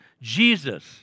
Jesus